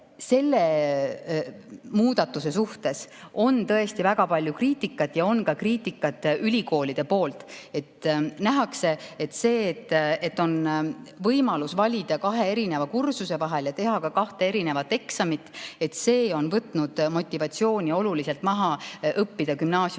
Selle muudatuse suhtes on tõesti väga palju kriitikat ja on ka kriitikat ülikoolide poolt. Nähakse, et see, et on võimalus valida kahe erineva kursuse vahel ja teha ka kahte erinevat eksamit, on võtnud oluliselt maha motivatsiooni gümnaasiumiastmes